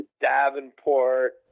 Davenport